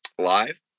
Live